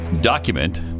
document